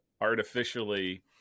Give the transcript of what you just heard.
artificially